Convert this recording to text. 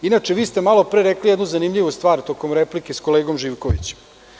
Inače, vi ste malo pre rekli jednu zanimljivu stvar prilikom replike s kolegom Živkovićem.